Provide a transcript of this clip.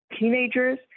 teenagers